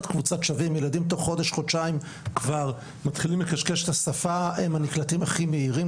ילדים תוך חודש-חודשיים מתחילים לקשקש את השפה והם הנקלטים הכי מהירים.